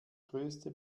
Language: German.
größte